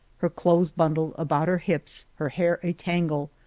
her clothes bundled about her hips, her hair a-tangle,